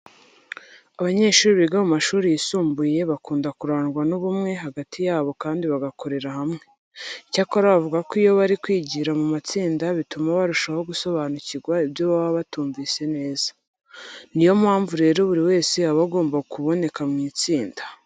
Abanyeshuri biga mu mashuri yisumbuye bakunda kurangwa n'ubumwe hagati yabo kandi bagakorera hamwe. Icyakora bavuga ko iyo bari kwigira mu matsinda bituma barushaho gusobanukirwa ibyo baba batumvise neza. Ni yo mpamvu rero buri wese aba agomba kuboneka mu itsinda.